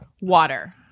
water